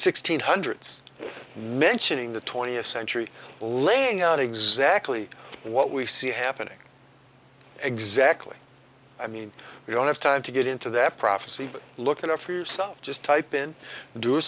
sixteenth hundreds nansen in the twentieth century laying out exactly what we see happening exactly i mean we don't have time to get into that prophecy but looking after yourself just type in do